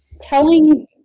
telling